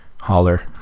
holler